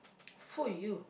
full you